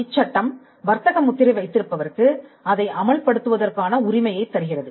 இச்சட்டம் வர்த்தக முத்திரை வைத்திருப்பவருக்கு அதை அமல்படுத்துவதற்கான உரிமையைத் தருகிறது